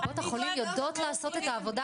קופות החולים יודעות לעשות את העבודה